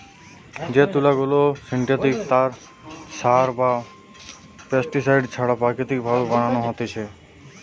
যে তুলা গুলা সিনথেটিক সার বা পেস্টিসাইড ছাড়া প্রাকৃতিক ভাবে বানানো হতিছে